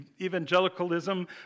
evangelicalism